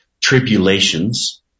tribulations